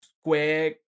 square